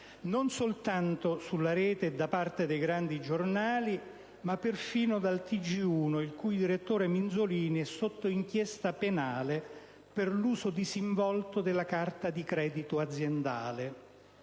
non soltanto sulla rete e da parte dei grandi giornali, ma perfino da parte del TGl, il cui direttore Minzolini è sotto inchiesta penale per l'uso disinvolto della carta di credito aziendale.